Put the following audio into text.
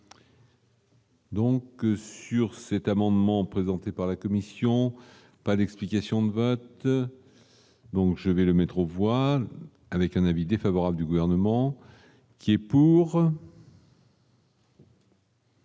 Donc sur cet amendement, présenté par la Commission, pas d'explication de vote, donc je vais le métro voit avec un avis défavorable du gouvernement qui est pour.